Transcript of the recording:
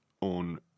on